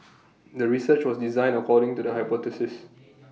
the research was designed according to the hypothesis